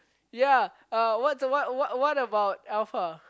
ya uh what what's what's what's about Alpha